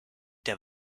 der